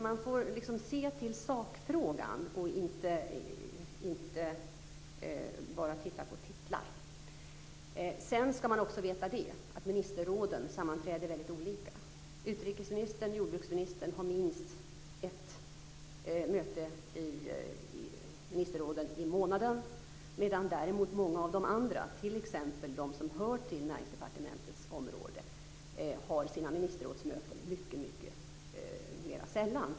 Man får se till sakfrågan och inte bara titta på titlar. Man skall också veta att ministerråden sammanträder väldigt olika. Utrikesministern och jordbruksministern har minst ett möte i ministerråden i månaden, medan däremot många av de andra - t.ex. de som hör till Näringsdepartementets område - har sina ministerrådsmöten mycket mera sällan.